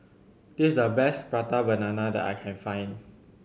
this is the best Prata Banana that I can find